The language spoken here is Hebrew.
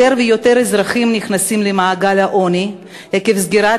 יותר ויותר אזרחים נכנסים למעגל העוני עקב סגירת